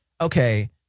okay—